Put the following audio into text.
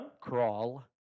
Crawl